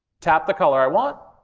tap the color i want,